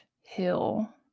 hill